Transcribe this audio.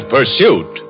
Pursuit